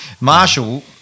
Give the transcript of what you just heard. Marshall